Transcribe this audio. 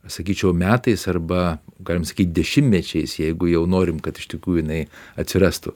aš sakyčiau metais arba galim sakyt dešimmečiais jeigu jau norim kad iš tikrųjų jinai atsirastų